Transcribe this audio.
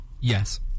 Yes